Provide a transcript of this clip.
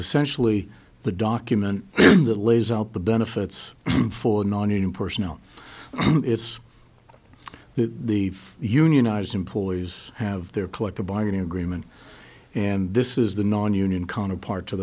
essentially the document that lays out the benefits for nonunion personnel it's that the unionized employers have their collective bargaining agreement and this is the nonunion counterpart to